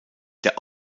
der